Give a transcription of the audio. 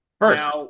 First